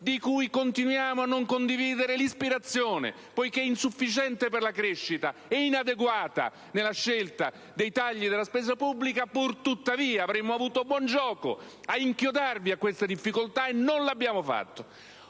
di cui continuiamo a non condividere l'ispirazione, poiché insufficiente per la crescita e inadeguata nella scelta dei tagli della spesa pubblica, pur se avremmo avuto buon gioco a inchiodarvi a queste difficoltà, tuttavia non lo abbiamo fatto.